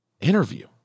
interview